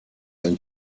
than